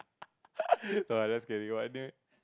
no lah just kidding but anyway